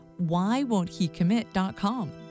whywonthecommit.com